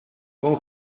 con